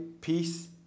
peace